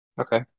Okay